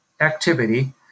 activity